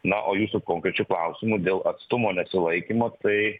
na o jūsų konkrečiu klausimu dėl atstumo nesilaikymo tai